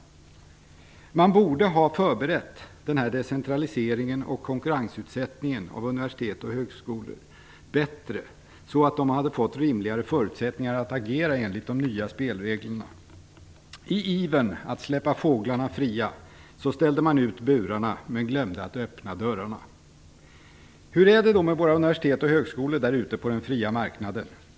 Man borde ha förberett denna decentralisering och konkurrensutsättning av universitet och högskolor bättre, så att de hade fått rimligare förutsättningar att agera enligt de nya spelreglerna. I ivern att släppa fåglarna fria ställde man ut burarna men glömde att öppna dörrarna. Hur är det då med våra universitet och högskolor där ute på den fria marknaden?